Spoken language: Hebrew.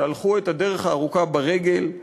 שהלכו את הדרך הארוכה ברגל,